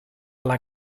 alla